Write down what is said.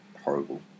horrible